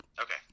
Okay